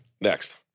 Next